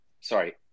sorry